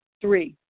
Three